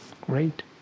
Great